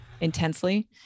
intensely